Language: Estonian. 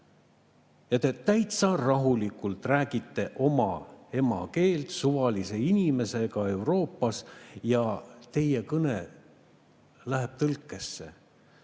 ja te täitsa rahulikult räägite oma emakeelt suvalise inimesega Euroopas ja teie kõne läheb tõlkesse.